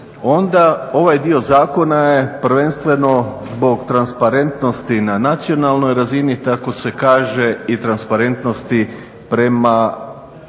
ovaj dio zakona je prvenstveno zbog transparentnosti na nacionalnoj razini tako se kaže i transparentnosti prema